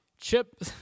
chip